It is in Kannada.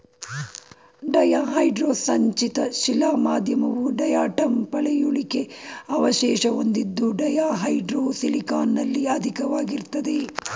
ಡಯಾಹೈಡ್ರೋ ಸಂಚಿತ ಶಿಲಾ ಮಾಧ್ಯಮವು ಡಯಾಟಂ ಪಳೆಯುಳಿಕೆ ಅವಶೇಷ ಹೊಂದಿದ್ದು ಡಯಾಹೈಡ್ರೋ ಸಿಲಿಕಾನಲ್ಲಿ ಅಧಿಕವಾಗಿರ್ತದೆ